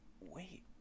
wait